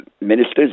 ministers